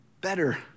better